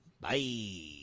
Bye